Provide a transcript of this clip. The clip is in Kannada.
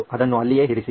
ಅದನ್ನು ಇಲ್ಲಿಯೇ ಇರಿಸಿ